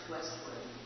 Westwood